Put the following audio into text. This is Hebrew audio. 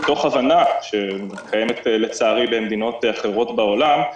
מתוך הבנה שקיימת לצערי במדינות אחרות בעולם,